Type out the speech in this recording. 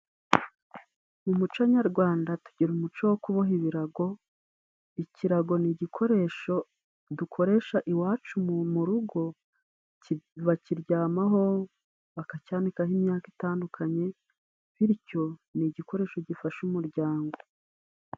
Mu muco nyarwanda tugira umuco wo kuboha ibirago, ikirago ni igikoresho dukoresha iwacu mu rugo bakiryamaho, bakacyanikaho imyaka itandukanye bityo ni igikoresho gifasha umuryango.